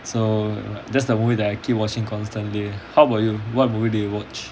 so that's the movie that I keep watching constantly how about you what movie do you watch